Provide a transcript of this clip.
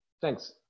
Thanks